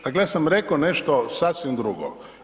Dakle, ja sam rekao nešto sasvim drugo.